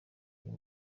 uyu